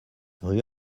rue